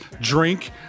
drink